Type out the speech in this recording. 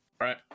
right